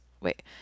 Wait